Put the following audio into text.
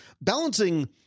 balancing